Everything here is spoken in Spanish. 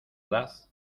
edad